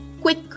quick